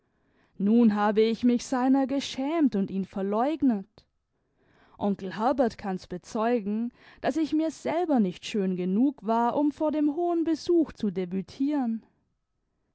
nun habe ich mich seiner geschämt und ihn verleugnet onkel herbert kann's bezeugen daß ich mir selber nicht schön genug war um vor dem hohen besuch zu debütieren